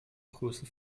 größe